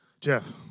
Jeff